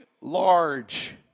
large